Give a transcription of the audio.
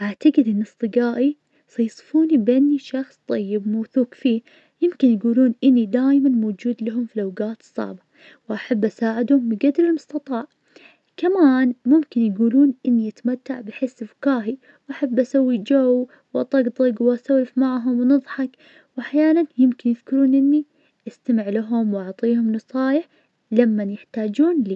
أعتجد ان أصدجائي بيوصفوني باني شخص طيب موثوق فيه, يمكن يقولون إني دايماً موجود لهم في الأوقات الصعبة, واحب أساعدهم بقدر المستطاع, كمان ممكن يقولون إنه اتمتع بحس فكاهي, واحب أسوي جو, واطقطق واسولف معهم ونضحك, واحياناً يمكن يذكرون اني استمع لهم وأعطيهم نصايح لمن يحتاجون لى.